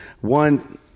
One